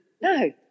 no